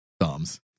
thumbs